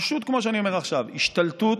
פשוט, כמו שאני אומר עכשיו, השתלטות,